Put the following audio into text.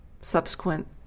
subsequent